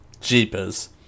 Jeepers